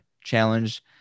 challenge